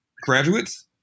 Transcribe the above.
graduates